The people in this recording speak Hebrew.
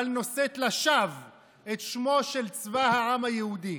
אבל נושאת לשווא את שמו של צבא העם היהודי.